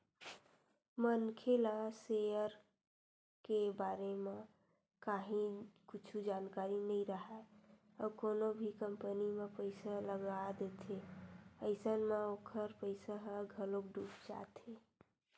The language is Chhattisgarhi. मनखे ला सेयर के बारे म काहि कुछु जानकारी नइ राहय अउ कोनो भी कंपनी म पइसा लगा देथे अइसन म ओखर पइसा ह घलोक डूब जाथे